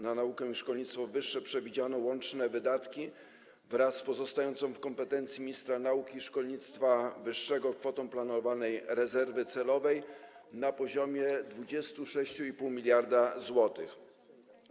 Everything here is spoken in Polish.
Na naukę i szkolnictwo wyższe przewidziano łączne wydatki wraz z pozostającą w kompetencji ministra nauki i szkolnictwa wyższego kwotą planowanej rezerwy celowej na poziomie 26,5 mld zł.